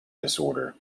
disorder